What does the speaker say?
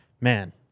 Man